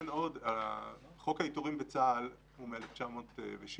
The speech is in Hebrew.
חוק העיטורים בצה"ל הוא מ-1970.